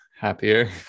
happier